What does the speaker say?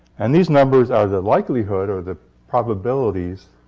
and these numbers are the likelihood, or the probabilities,